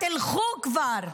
תלכו כבר.